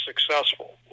successful